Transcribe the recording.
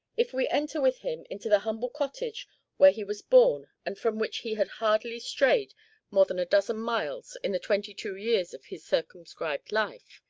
if we enter with him into the humble cottage where he was born and from which he had hardly strayed more than a dozen miles in the twenty-two years of his circumscribed life,